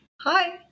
Hi